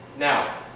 Now